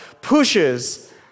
pushes